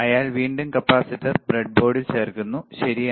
അയാൾ വീണ്ടും കപ്പാസിറ്റർ ബ്രെഡ്ബോർഡിൽ ചേർക്കുന്നു ശരിയാണ്